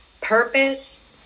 purpose